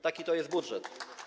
Taki to jest budżet.